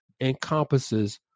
encompasses